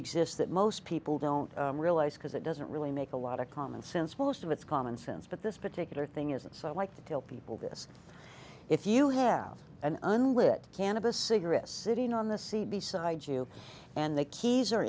exists that most people don't realize because it doesn't really make a lot of common sense most of it's common sense but this particular thing isn't so i like to tell people this if you have an unlit cannabis cigarette sitting on the seat beside you and the keys are